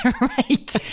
Right